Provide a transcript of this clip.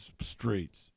streets